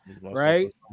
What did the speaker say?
right